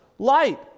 Light